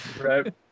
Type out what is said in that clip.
right